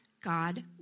God